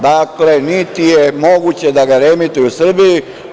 Dakle, niti je moguće da ga reemituju u Srbiji.